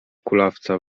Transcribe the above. kulawca